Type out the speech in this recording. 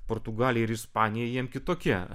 portugalijai ir ispanijai jiem kitokie